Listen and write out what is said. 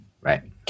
right